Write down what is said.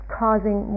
causing